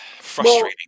Frustrating